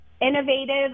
innovative